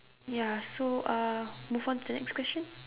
ya so uh move on to the next question